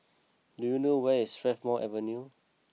do you know where is Strathmore Avenue